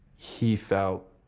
he felt,